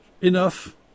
enough